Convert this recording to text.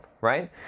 right